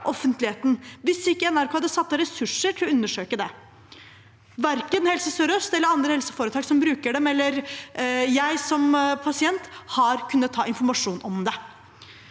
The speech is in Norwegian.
ikke NRK hadde satt av ressurser til å undersøke det. Verken Helse Sør-Øst eller andre helseforetak som bruker dem – eller jeg som pasient – har kunnet ha informasjon om det.